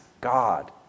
God